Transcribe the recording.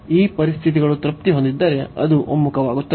ಈ ಪರಿಸ್ಥಿತಿಗಳು ತೃಪ್ತಿ ಹೊಂದಿದ್ದರೆ ಅದು ಒಮ್ಮುಖವಾಗುತ್ತದೆ